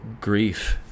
grief